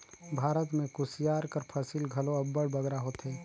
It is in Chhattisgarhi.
भारत में कुसियार कर फसिल घलो अब्बड़ बगरा होथे